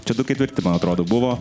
čia du ketvirti man atrodo buvo